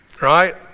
right